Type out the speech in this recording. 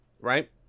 right